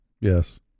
yes